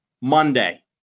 Monday